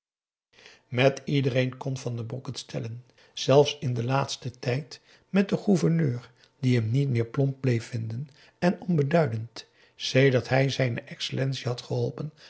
met iedereen kon van den broek het stellen zelfs in den laatsten tijd met den gouverneur die hem niet meer plomp bleef vinden en onbeduidend sedert hij z e had geholpen